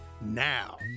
now